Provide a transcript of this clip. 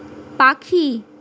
পাখি